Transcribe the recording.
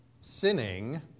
sinning